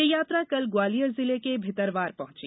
यह यात्रा कल ग्वालियर जिले के भितरवार पहुँची